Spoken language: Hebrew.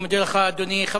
אני מודה לך, אדוני.